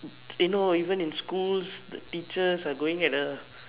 you no even in schools the teachers are going at a